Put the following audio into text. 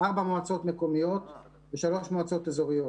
ארבע מועצות מקומיות ו-3 מועצות אזוריות.